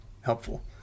helpful